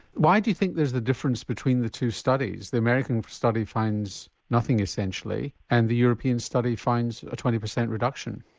why do you think there's the difference between the two studies, the american study finds nothing essentially and the european study finds a twenty percent reduction?